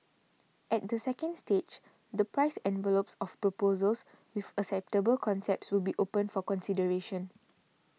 at the second stage the price envelopes of proposals with acceptable concepts will be opened for consideration